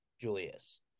Julius